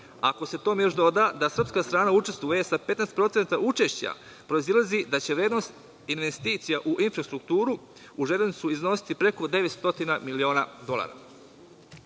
Ako se tome još doda da srpska strana učestvuje sa 15% učešća, proizilazi da će vrednost investicija u infrastrukturu u železnicu iznositi preko 900.000.000 dolara. Ovim